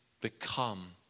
become